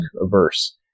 averse